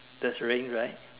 that's rain right